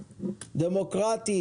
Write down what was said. דמוקרטית,